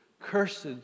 cursed